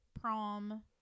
prom